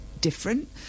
different